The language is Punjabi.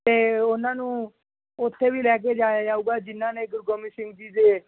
ਅਤੇ ਉਹਨਾਂ ਨੂੰ ਉੱਥੇ ਵੀ ਲੈ ਕੇ ਜਾਇਆ ਜਾਊਗਾ ਜਿਨ੍ਹਾਂ ਨੇ ਗੁਰੂ ਗੋਬਿੰਦ ਸਿੰਘ ਜੀ ਦੇ